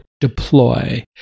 Deploy